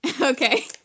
Okay